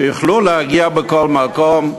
שיוכלו להגיע בכל מקום,